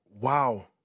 wow